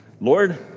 Lord